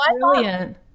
brilliant